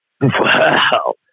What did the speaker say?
Wow